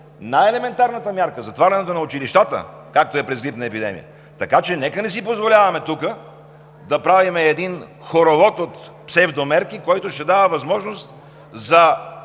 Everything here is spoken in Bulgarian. най-елементарната мярка – затварянето на училищата, както е през грипна епидемия. Така че нека не си позволяваме тук да правим един хоровод от псевдомерки, който ще дава възможност за